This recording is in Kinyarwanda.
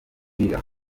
umupira